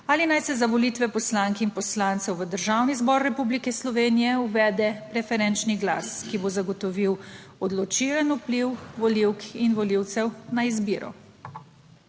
ali naj se za volitve poslank in poslancev v Državni zbor Republike Slovenije uvede preferenčni glas, ki bo zagotovil odločilen vpliv volivk in volivcev na izbiro.